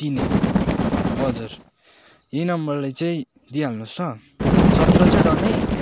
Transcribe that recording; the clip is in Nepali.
तिन एक हजर यही नम्बरलाई चाहिँ दिइहाल्नुहोस् ल सत्र चाहिँ डन है